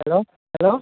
hello hello